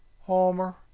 Homer